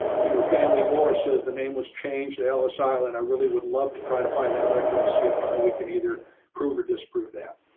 your family law says the name was changed ellis island. i really would love to try to find that record and see if we can either prove or disprove that.